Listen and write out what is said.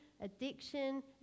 addiction